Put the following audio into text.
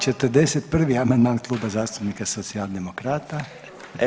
41. amandman Klub zastupnika Socijaldemokrata.